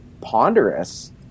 ponderous